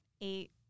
Eight